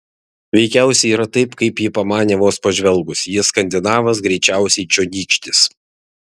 veikiausiai yra taip kaip ji pamanė vos pažvelgusi jis skandinavas greičiausiai čionykštis